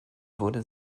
wurde